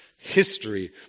History